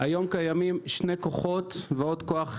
היום קיימים שני כוחות ועוד כוח שלישי.